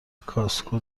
کاسکو